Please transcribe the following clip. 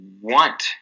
want